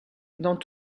dans